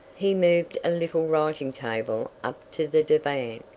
he moved a little writing-table up to the divan,